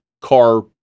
car